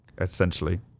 essentially